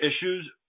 issues